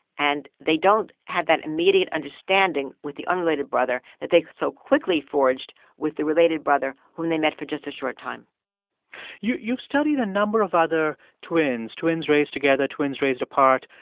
and they don't have that immediate understanding with the unrelated brother that they so quickly forged with the related brother when they met for just a short time you've you've studied a number of other twins twins raised together, twins raised apart,